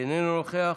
איננו נוכח,